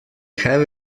have